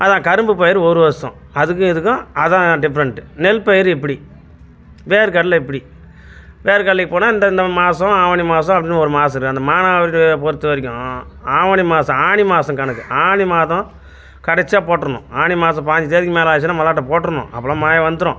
அதுதான் கரும்பு பயிர் ஒரு வருடம் அதுக்கும் இதுக்கும் அதுதான் டிஃப்ரெண்ட்டு நெல் பயிர் இப்படி வேர்க்கடலை இப்படி வேர்க்கடலைக்கு போனால் இந்த இந்த மாதம் ஆவணி மாதம் அப்படின்னு ஒரு மாதம் இருக்குது அந்த மானாவாரி இதை பொறுத்தவரைக்கும் ஆவணி மாதம் ஆனி மாதம் கணக்கு ஆனி மாதம் கடைசியாக போட்டுருணும் ஆனி மாதம் பயஞ்சு தேதிக்கு மேல் ஆச்சுன்னா மல்லாட்டை போட்டுருணும் அப்போலாம் மழை வந்துடும்